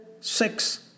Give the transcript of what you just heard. six